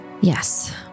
Yes